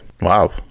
wow